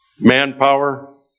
Manpower